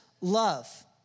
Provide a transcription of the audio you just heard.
love